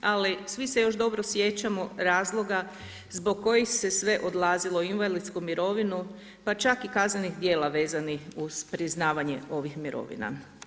Ali svi se još dobro sjećamo razloga zbog kojih se sve odlazilo u invalidsku mirovinu, pa čak i kaznenih djela vezanih uz priznavanje ovih mirovina.